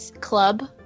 club